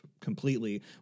completely